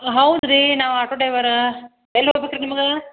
ಹಾಂ ಹೌದು ರೀ ನಾವು ಆಟೋ ಡೈವರಾ ಎಲ್ಲಿ ಹೋಬೇಕ್ ರೀ ನಿಮಗೆ